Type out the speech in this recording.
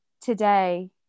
today